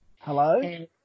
Hello